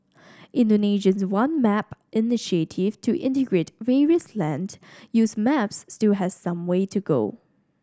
Indonesia's One Map initiative to integrate various land use maps still has some way to go